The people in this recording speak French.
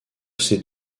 ces